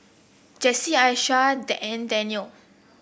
Jess Aisha and Dannielle